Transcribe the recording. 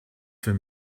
für